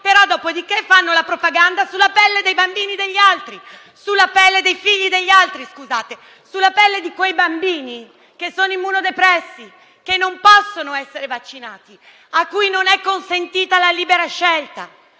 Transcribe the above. pelle dei bambini degli altri, sulla pelle dei figli degli altri, sulla pelle di quei bambini che sono immunodepressi e non possono essere vaccinati e a cui non è consentita la libera scelta.